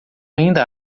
ainda